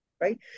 Right